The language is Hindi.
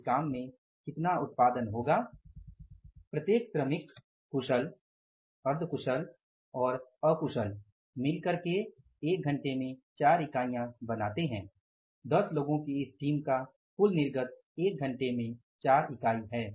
इसलिए जब हम 200 घंटो के बारे में बात करते हैं तो इसका मतलब है कि प्रत्येक श्रमिक कुशल अर्ध कुशल और अकुशल ने 200 घंटे काम किया है और 10 लोगों की इस टीम का कुल निर्गत 1 घंटे में 4 इकाई है